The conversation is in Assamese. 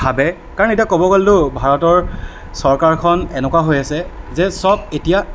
ভাবে কাৰণ এতিয়া ক'ব গ'লেতো ভাৰতৰ চৰকাৰখন এনেকুৱা হৈ আছে যে চব এতিয়া